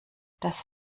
das